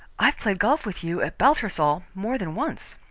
i've played golf with you at baltusrol more than once.